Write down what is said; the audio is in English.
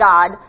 God